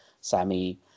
Sammy